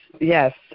yes